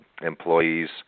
employees